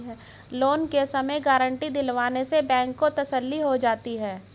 loan के समय guarantee दिलवाने से बैंक को तसल्ली हो जाती है